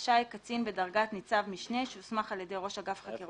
רשאי קצין בדרגת ניצב משנה שהוסמך על ידי ראש אגף חקירות